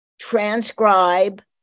transcribe